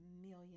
million